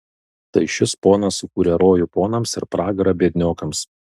tai šis ponas sukūrė rojų ponams ir pragarą biedniokams